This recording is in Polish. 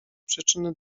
przyczyny